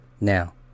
Now